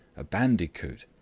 a bandicoot,